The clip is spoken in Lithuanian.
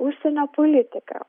užsienio politiką